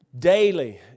Daily